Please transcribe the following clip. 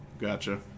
gotcha